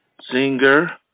Singer